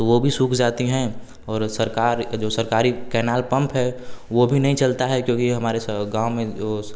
तो वह भी सूख जाती हैं और सरकार जो सरकारी कैनाल पंप है वह भी नहीं चलता है क्योंकि हमारे सा गाँव में वह